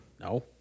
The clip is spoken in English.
No